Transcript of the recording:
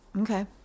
Okay